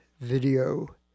video